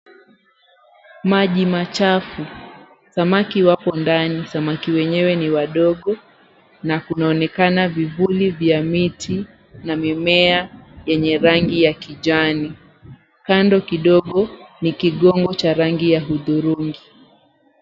Maji machafu. Samaki wapo ndani. Samaki wenyewe ni wadogo na kunaonekana vivuli vya miti na mimea yenye rangi ya kijani. Kando kidogo ni kigongo cha rangi ya hudhurungi.